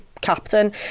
captain